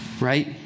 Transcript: right